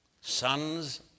Sons